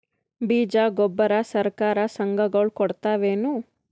ಬೀಜ ಗೊಬ್ಬರ ಸರಕಾರ, ಸಂಘ ಗಳು ಕೊಡುತಾವೇನು?